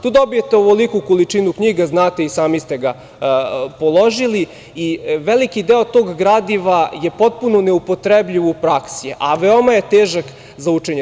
Tu dobijete ovoliku količinu knjiga, znate i sami ste ga položili, i veliki deo tog gradiva je potpuno neupotrebljiv u praksi, a veoma je težak za učenje.